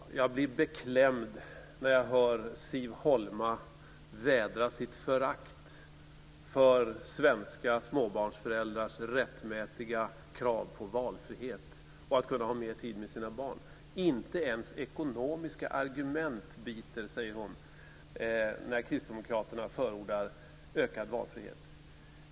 Fru talman! Jag blir beklämd när jag hör Siv Holma vädra sitt förakt för svenska småbarnsföräldrars rättmätiga krav på valfrihet och att man ska kunna ha mer tid för sina barn. Inte ens ekonomiska argument biter, säger hon, när kristdemokraterna förordar ökad valfrihet.